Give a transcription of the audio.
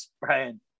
Brian